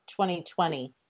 2020